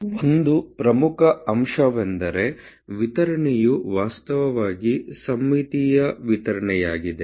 ಮತ್ತು ಒಂದು ಪ್ರಮುಖ ಅಂಶವೆಂದರೆ ವಿತರಣೆಯು ವಾಸ್ತವವಾಗಿ ಸಮ್ಮಿತೀಯ ವಿತರಣೆಯಾಗಿದೆ